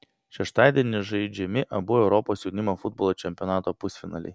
šeštadienį žaidžiami abu europos jaunimo futbolo čempionato pusfinaliai